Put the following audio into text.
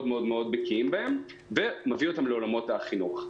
בקיאים בהם ומביא אותם לעולמות החינוך.